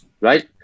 right